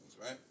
right